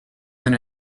than